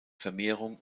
vermehrung